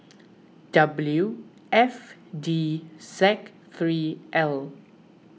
W F D Z three L